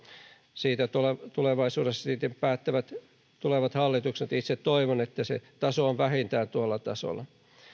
siitä tulevaisuudessa sitten päättävät tulevat hallitukset itse toivon että se taso on vähintään tuolla tasolla